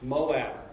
Moab